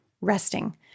resting